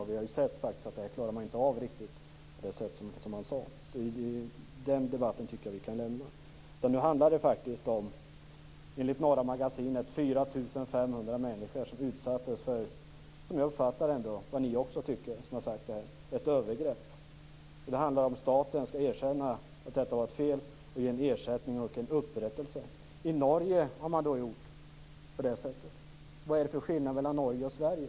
Vi har ju faktiskt sett att kommunerna inte riktigt klarar av detta på det sätt som man sade att de skulle göra. Den debatten tycker jag därför att vi kan lämna. Enligt Norra Magasinet handlar det om 4 500 människor som utsattes för ett övergrepp. Jag har uppfattat att även ni anser att det är fråga om det. Det handlar om huruvida staten skall erkänna att detta var ett fel och ge en ersättning och en upprättelse. I Norge har man gjort på det sättet. Vad är det för skillnad mellan Norge och Sverige?